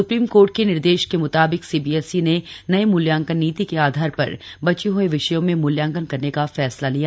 supreme court के निर्देश के म्ताबिक सीबीएसई ने नई मूल्यांकन नीति के आधार पर बचे हए विषयों में मूल्यांकन करने का फैसला लिया